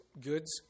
goods